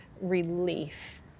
relief